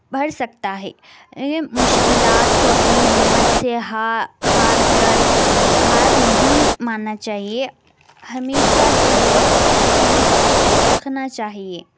بھر سکتا ہے مشکلات کو اپنی ہمت سے ہار ہار کر ہار نہیں ماننا چاہیے ہمیشہ جو ہے سو امید رکھنا چاہیے